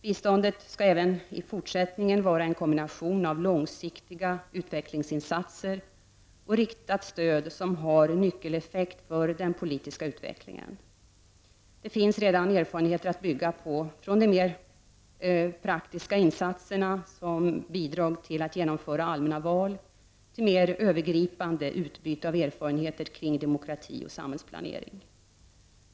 Biståndet skall även i fortsättningen vara en kombination av långsiktiga utvecklingsinsatser och riktat stöd som har nyckeleffekt för den politiska utvecklingen. Det finns redan erfarenheter att bygga på, från de mer praktiska insatserna som bidrag till att genomföra allmänna val till mer övergripande utbyte av erfarenheter kring demokrati och samhällsplanering.